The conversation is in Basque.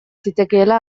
zitekeela